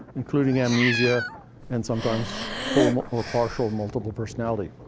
including amnesia and sometimes full or partial multiple personality.